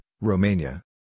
Romania